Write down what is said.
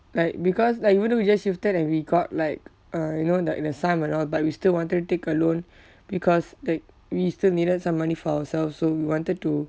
like because like even though we just shifted and we got like uh you know like the sum and all but we still wanted to take a loan because like we still needed some money for ourselves so we wanted to